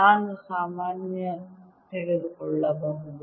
ನಾನು ಸಾಮಾನ್ಯ ತೆಗೆದುಕೊಳ್ಳಬಹುದು